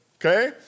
Okay